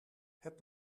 het